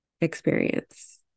experience